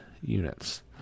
units